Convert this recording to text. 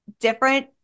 different